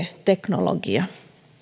teknologia